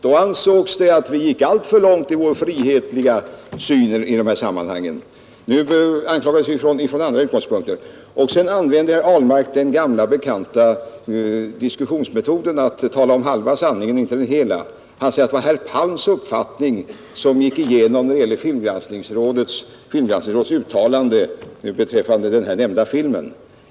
Då ansågs det att vi gick alltför långt i vår frihetssyn i dessa sammanhang. Nu anklagas vi från andra utgångspunkter. Herr Ahlmark använder den gamla bekanta diskussionsmetoden att tala om halva sanningen, inte hela. Han sade att det var herr Palms uppfattning som gick igenom, när det gäller filmgranskningsrådets uttalande beträffande filmen Djävlarna.